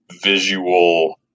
visual